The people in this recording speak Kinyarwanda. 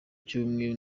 cy’ubumwe